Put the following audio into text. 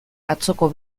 atzoko